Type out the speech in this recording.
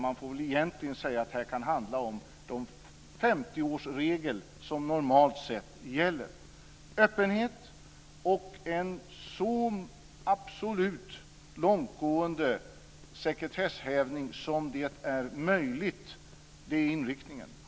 Man får väl egentligen säga att det kan handla om den Öppenhet och en hävning av sekretessen så långt som det över huvud taget är möjligt är inriktningen.